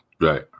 Right